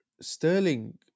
Sterling